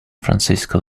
francisco